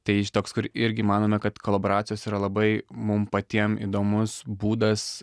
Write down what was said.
tai čia toks kur irgi manome kad kolaboracijos yra labai mum patiem įdomus būdas